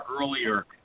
earlier